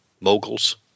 moguls –